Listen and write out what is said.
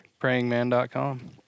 prayingman.com